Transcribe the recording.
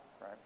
right